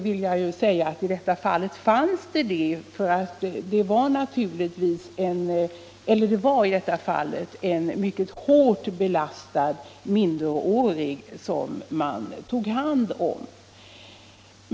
I detta fall var det en mycket hårt belastad minderårig som man tog hand om.